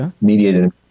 mediated